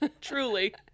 Truly